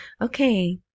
Okay